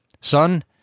Son